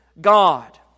God